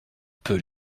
peu